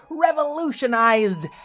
revolutionized